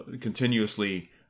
continuously